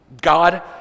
God